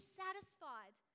satisfied